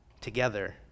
together